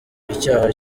icyaha